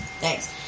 Thanks